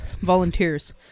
volunteers